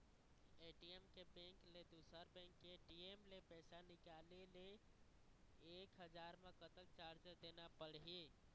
ATM के bank ले दुसर बैंक के ए.टी.एम ले पैसा निकाले ले एक हजार मा कतक चार्ज देना पड़ही?